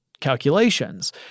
calculations